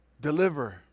deliver